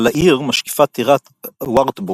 על העיר משקיפה טירת וארטבורג,